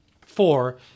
Four